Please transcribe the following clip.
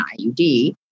IUD